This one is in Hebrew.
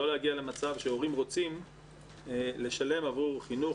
לא להגיע למצב שהורים רוצים לשלם עבור חינוך,